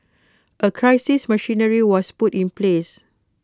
A crisis machinery was put in place